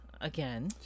again